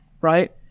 right